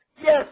Yes